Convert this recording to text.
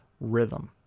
rhythm